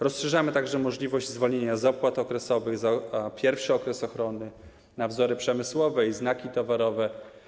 Rozszerzamy także możliwość zwolnienia z opłat okresowych, za pierwszy okres ochrony, na wzory przemysłowe i znaki towarowe.